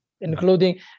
including